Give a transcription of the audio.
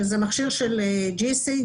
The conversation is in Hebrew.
שזה מכשיר של GC,